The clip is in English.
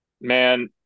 Man